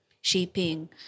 shaping